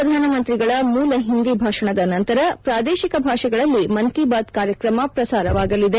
ಪ್ರಧಾನಮಂತ್ರಿಗಳ ಮೂಲ ಹಿಂದಿ ಭಾಷಣದ ನಂತರ ಪ್ರಾದೇಶಿಕ ಭಾಷೆಗಳಲ್ಲಿ ಮನ್ ಕಿ ಬಾತ್ ಕಾರ್ಯಕ್ರಮ ಪ್ರಸಾರವಾಗಲಿದೆ